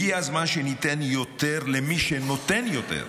הגיע הזמן שניתן יותר למי שנותן יותר,